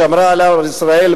שמרה על עם ישראל,